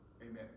Amen